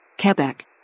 Quebec